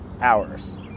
hours